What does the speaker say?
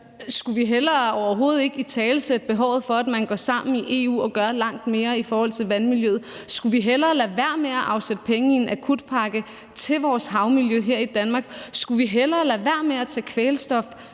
Skulle vi i stedet for overhovedet ikke italesætte behovet for, at man går sammen i EU og gør langt mere i forhold til vandmiljøet? Skulle vi hellere lade være med at afsætte penge i en akutpakke til vores havmiljø her i Danmark? Skulle vi hellere lade være med at tage